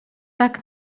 tak